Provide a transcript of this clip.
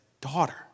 daughter